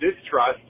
distrust